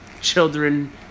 children